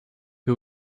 who